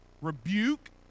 Rebuke